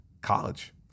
college